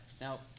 Now